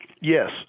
Yes